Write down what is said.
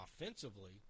Offensively